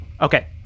Okay